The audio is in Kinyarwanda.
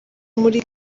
muri